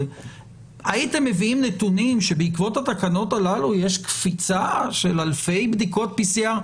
הייתם מביאים נתונים שבעקבות התקנות הללו יש קפיצה של אלפי בדיקות PCR,